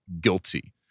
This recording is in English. guilty